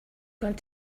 going